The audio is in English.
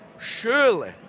surely